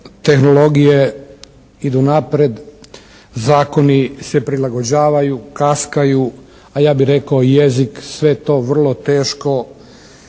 tehnologije idu naprijed, zakoni se prilagođavaju, kaskaju, a ja bih rekao jezik sve to vrlo teško